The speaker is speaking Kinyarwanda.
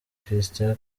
christian